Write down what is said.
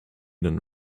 than